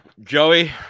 Joey